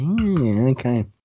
okay